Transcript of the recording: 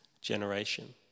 generation